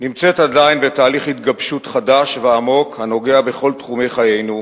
נמצאת עדיין בתהליך התגבשות חדש ועמוק הנוגע בכל תחומי חיינו,